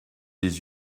des